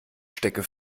stecke